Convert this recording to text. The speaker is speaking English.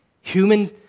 human